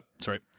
Sorry